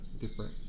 different